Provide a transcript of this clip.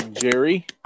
Jerry